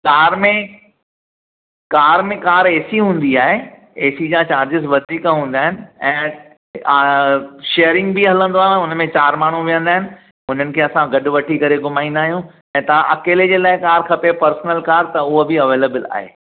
car में car में car A C हूंदी आहे ए सी जा चार्ज़िस वधीक हूंदा आहिनि ऐं शेयरिंग बि हलंदो आहे हुन में चारि माण्हू विहंदा आहिनि हुननि खे असां गॾु वठी करे घुमाईंदा आहियूं ऐं तव्हां अकेले जे लाइ कार खपे पर्सनल कार त उहो बि अवेलेबल आहे